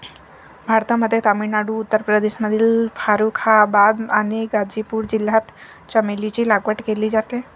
भारतामध्ये तामिळनाडू, उत्तर प्रदेशमधील फारुखाबाद आणि गाझीपूर जिल्ह्यात चमेलीची लागवड केली जाते